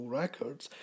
records